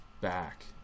back